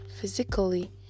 physically